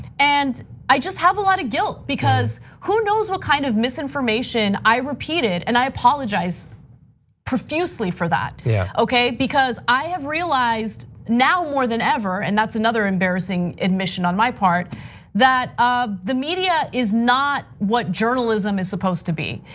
and i just have a lot of guilt because who knows what kind of misinformation i repeated? and i apologize profusely for that yeah okay because i have realized now more than ever and that's another embarrassing admission on my part that the media is not what journalism is supposed to be.